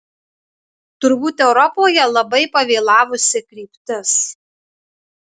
turbūt europoje labai pavėlavusi kryptis